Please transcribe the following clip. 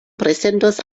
prezentos